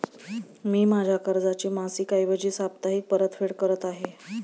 मी माझ्या कर्जाची मासिक ऐवजी साप्ताहिक परतफेड करत आहे